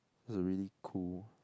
that's a really cool